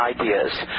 ideas